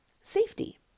safety